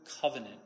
covenant